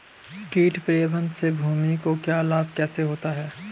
कीट प्रबंधन से भूमि को लाभ कैसे होता है?